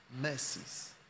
mercies